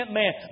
man